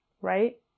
right